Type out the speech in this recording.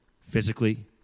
physically